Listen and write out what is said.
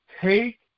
take